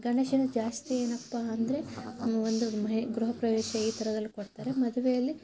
ಗಣೇಶನ ಜಾಸ್ತಿ ಏನಪ್ಪ ಅಂದರೆ ಒಂದು ಗೃಹಪ್ರವೇಶ ಈ ಥರದ್ರಲ್ಲಿ ಕೊಡ್ತಾರೆ ಮದುವೆಯಲ್ಲಿ